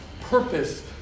purpose